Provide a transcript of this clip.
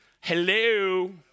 Hello